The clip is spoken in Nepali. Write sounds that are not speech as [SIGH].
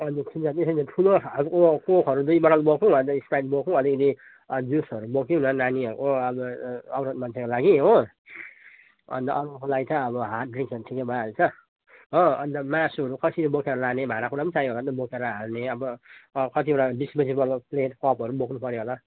अनि [UNINTELLIGIBLE] ठुलो खालको कोकहरू दुई बोतल बोकौँ अन्त स्प्राइट बोकौँ अलिअलि अनि जुसहरू बोकिदियौँ न नानीहरूको औरत मान्छेको लागि हो अन्त अरूको लागि चाहिँ अब हार्ड ड्रिङ्क्सहरू ठिकै भइहाल्छ हो अन्त मासुहरू कसरी बोकेर लाने भाँडाकुँडा पनि चाहियो होला बोकेर हाल्ने अब क कतिवटा डिस्पोजेबल प्लेट कपहरू पनि बोक्नुपर्यो होला